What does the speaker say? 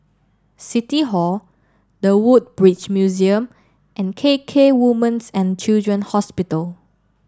city hall The Woodbridge Museum and K K Women's and Children's Hospital